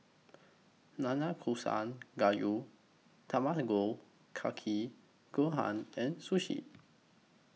Nanakusa Gayu Kake Gohan and Sushi